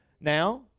Now